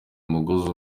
umugozi